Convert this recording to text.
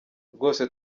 rwose